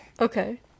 Okay